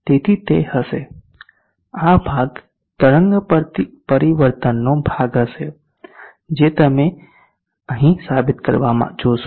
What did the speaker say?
તેથી તે હશે આ ભાગ તરંગ પરિવર્તનનો ભાગ હશે જે તમે અહીં સાબિત કરતા જોશો